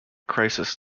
crisis